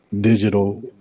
digital